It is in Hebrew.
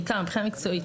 בעיקר מבחינה מקצועית,